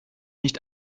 nicht